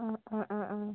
ആ ആ ആ